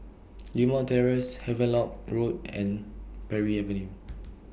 Limau Terrace Havelock Road and Parry Avenue